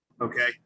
Okay